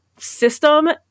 system